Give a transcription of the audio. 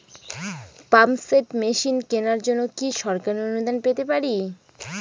Pump set machine কেনার জন্য কি সরকারি অনুদান পেতে পারি?